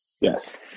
Yes